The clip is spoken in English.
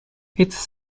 its